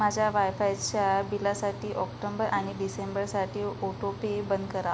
माझ्या वायफायच्या बिलासाठी ऑक्टोंबर आणि डिसेंबरसाठी ओटोपे बंद करा